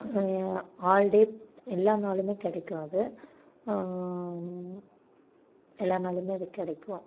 all day எல்லா நாளுமே கிடைக்கும் அது எல்லா நாளுமே அது கிடைக்கும்